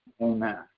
Amen